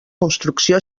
construcció